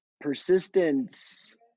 persistence